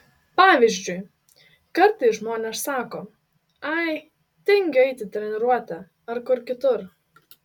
pavyzdžiui kartais žmonės sako ai tingiu eiti į treniruotę ar kur kitur